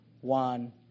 one